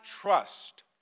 trust